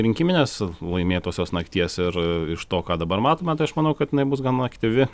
rinkiminės laimėtosios nakties ir iš to ką dabar matome tai aš manau kad inai bus gana aktyvi